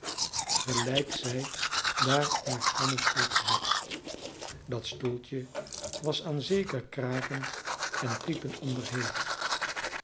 gelijk zij daar in haar schommelstoeltje zit dat stoeltje was aan zeker kraken en piepen onderhevig